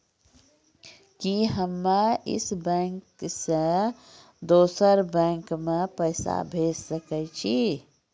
कि हम्मे इस बैंक सें दोसर बैंक मे पैसा भेज सकै छी?